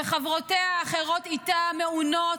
וחברותיה האחרות איתה, מעונות.